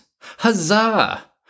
Huzzah